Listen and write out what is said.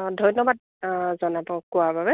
অঁ ধন্যবাদ জনাব কোৱাৰ বাবে